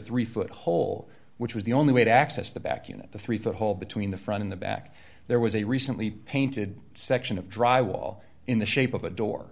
three foot hole which was the only way to access the back unit the three foot hole between the front in the back there was a recently painted section of dry wall in the shape of a door